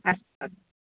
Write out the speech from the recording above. अस्तु अस्तु